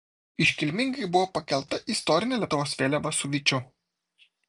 iškilmingai buvo pakelta istorinė lietuvos vėliava su vyčiu